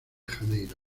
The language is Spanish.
janeiro